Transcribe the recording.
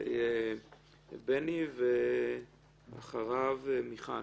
בני, ואחריו, מיכל.